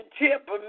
tip